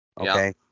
Okay